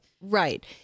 Right